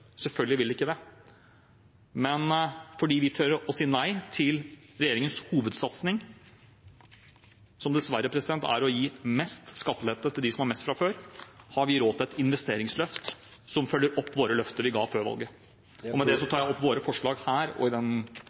Selvfølgelig vil det være det, men fordi vi tør å si nei til regjeringens hovedsatsing, som dessverre er å gi mest skattelette til dem som har mest fra før, har vi råd til et investeringsløft som følger opp de løftene vi ga før valget. Jeg tar med det opp forslagene våre i sakene nr. 10 og